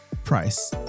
Price